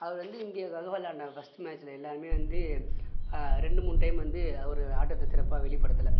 அவர் வந்து இந்தியாக்காக விளாண்டாங்க ஃபர்ஸ்டு மேட்சில் எல்லோருமே வந்து ரெண்டு மூணு டைம் வந்து அவர் ஆட்டத்தை சிறப்பாக வெளிப்படுத்தலை